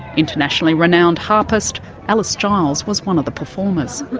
internationally renowned harpist alice giles was one of the performers.